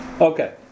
Okay